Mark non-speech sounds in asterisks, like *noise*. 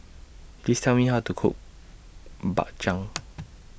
Please Tell Me How to Cook Bak Chang *noise*